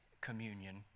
communion